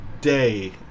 day